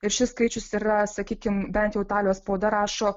ir šis skaičius yra sakykim bent jau italijos spauda rašo